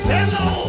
Hello